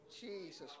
Jesus